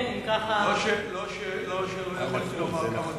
לא שלא יכולתי לומר כמה דברים.